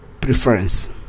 preference